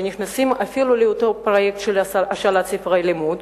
אפילו כאשר נכנסים לפרויקט השאלת ספרי לימוד,